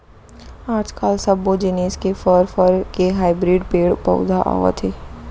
आजकाल सब्बो जिनिस के फर, फर के हाइब्रिड पेड़ पउधा आवत हे